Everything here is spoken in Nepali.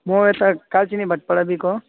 म यता कालचिनी भातपाडादेखिको